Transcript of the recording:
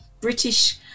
british